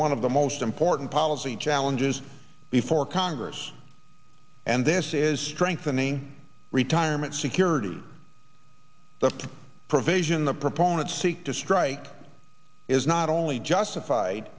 one of the most important policy challenges before congress and this is strengthening retirement security the provision the proponents seek to strike is not only justified